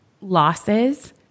losses